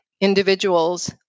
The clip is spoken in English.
individuals